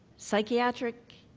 psychiatric,